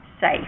safe